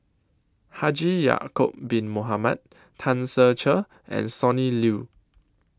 Haji Ya'Acob Bin Mohamed Tan Ser Cher and Sonny Liew